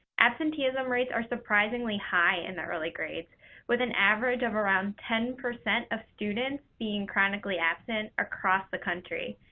absenteeism rates are surprisingly high in the early grades with an average of around ten percent of students being chronically absent across the country,